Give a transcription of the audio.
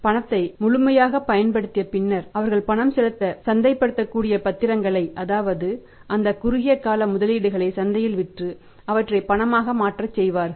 பணத்தை முழுமையாகப் பயன்படுத்தியா பின்னர் அவர்கள் பணம் செலுத்த சந்தைப்படுத்தக்கூடிய பத்திரங்களை அதாவது அந்த குறுகிய கால முதலீடுகளை சந்தையில் விற்று அவற்றை பணமாக மாற்றச் செல்வார்கள்